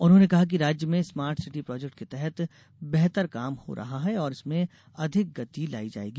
उन्होंने कहा कि राज्य में स्मार्ट सिटी प्रोजेक्ट के तहत बेहतर काम हो रहा है और इसमें अधिक गति लाई जायेगी